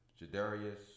Jadarius